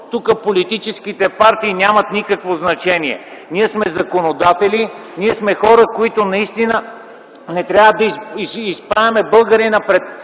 тук политическите партии нямат никакво значение. Ние сме законодатели - ние сме хора, които наистина не трябва да изправят българина пред